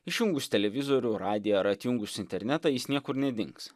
išjungus televizorių radiją ar atjungus internetą jis niekur nedings